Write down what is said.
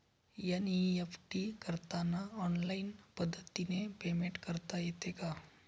NEFT करताना online पद्धतीने payment करता येते का?